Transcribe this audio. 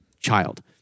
child